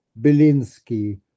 Belinsky